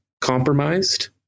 compromised